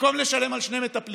במקום לשלם על שני מטפלים